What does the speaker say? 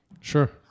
Sure